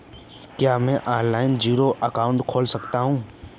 क्या मैं online zero account खोल सकता हूँ?